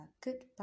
goodbye